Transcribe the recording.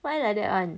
why like that [one]